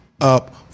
up